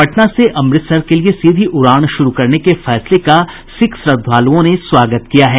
पटना से अमृतसर के लिए सीधी उड़ान शुरू करने के फैसले का सिख श्रद्धालुओं ने स्वागत किया है